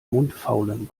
mundfaulen